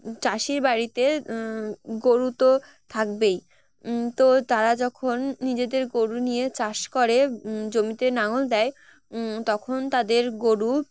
চাষির বাড়িতে গরু তো থাকবেই তো তারা যখন নিজেদের গরু নিয়ে চাষ করে জমিতে নাঙল দেয় তখন তাদের গরু